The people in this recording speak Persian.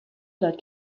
داد